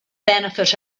benefit